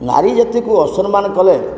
ନାରୀ ଜାତିକୁ ଅସମ୍ମାନ କଲେ